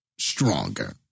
stronger